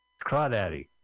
Crawdaddy